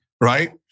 right